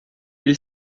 ele